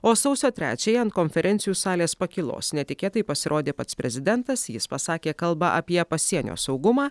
o sausio trečiąją ant konferencijų salės pakylos netikėtai pasirodė pats prezidentas jis pasakė kalbą apie pasienio saugumą